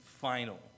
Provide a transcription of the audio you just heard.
final